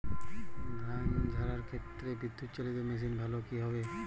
ধান ঝারার ক্ষেত্রে বিদুৎচালীত মেশিন ভালো কি হবে?